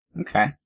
Okay